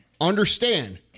Understand